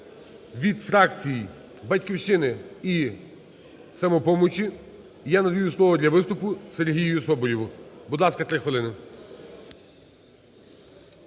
від фракцій "Батьківщини" і "Самопомочі", я надаю слово для виступу Сергію Соболєву. Будь ласка, 3 хвилини.